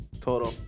total